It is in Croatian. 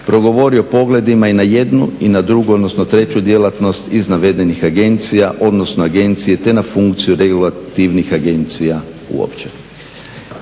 progovori o pogledima i na jednu i na drugu, odnosno treću djelatnost iz navedenih agencija, odnosno agencije te na funkciju regulativnih agencije uopće.